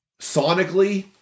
Sonically